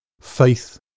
Faith